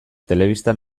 telebistan